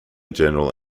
general